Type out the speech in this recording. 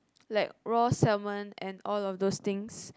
like raw salmon and all of those things